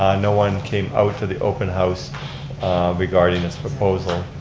ah no one came out to the open house regarding this proposal.